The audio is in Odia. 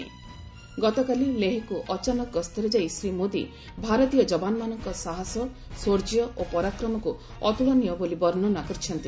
ଗତକାଲି ଲେହ୍କୁ ଅଚାନକ ଗସ୍ତରେ ଯାଇ ଶ୍ରୀ ମୋଦି ଭାରତୀୟ ଯବାନମାନଙ୍କ ସାହସ ଶୌର୍ଯ୍ୟ ଓ ପରାକ୍ରମକୁ ଅତ୍କଳନୀୟ ବୋଲି ବର୍ଣ୍ଣନା କରିଛନ୍ତି